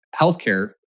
healthcare